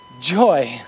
Joy